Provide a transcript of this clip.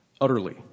utterly